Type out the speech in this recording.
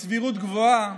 בסבירות גבוהה